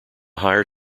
higher